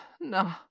No